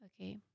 Okay